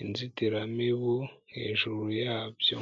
inzitiramibu hejuru yabyo.